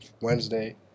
Wednesday